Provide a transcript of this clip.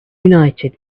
united